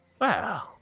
Wow